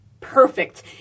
perfect